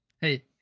Hey